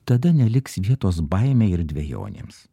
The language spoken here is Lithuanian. tada neliks vietos baimei ir dvejonėms